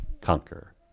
conquer